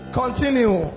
continue